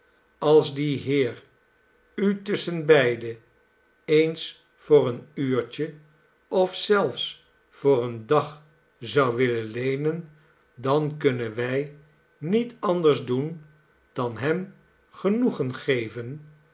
als die heer u tusschenbeide eens voor een uurtje of zelfs voor een dag zou willen leenen dan kunnen wij niet anders doen dan hem genoegen geven